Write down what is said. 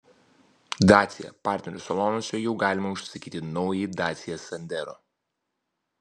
dacia partnerių salonuose jau galima užsisakyti naująjį dacia sandero